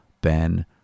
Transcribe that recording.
Ben